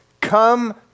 come